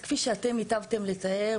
כפי שאתם היטבתם לצייר,